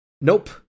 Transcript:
Nope